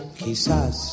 quizás